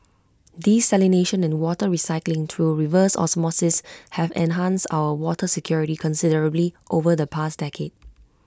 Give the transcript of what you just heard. desalination and water recycling through reverse osmosis have enhanced our water security considerably over the past decade